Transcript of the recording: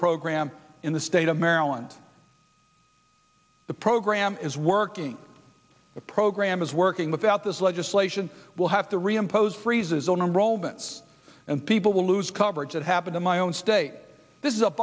program in the state of maryland the program is working the program is working without this legislation will have to re impose freezes on romans and people will lose coverage that happened in my own state this is